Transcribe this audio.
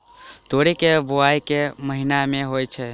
तोरी केँ बोवाई केँ महीना मे होइ छैय?